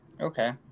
Okay